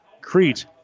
Crete